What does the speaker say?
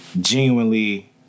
genuinely